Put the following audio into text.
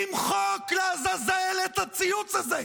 תמחק לעזאזל את הציוץ הזה.